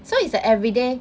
so it's like everyday